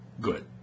good